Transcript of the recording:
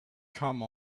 come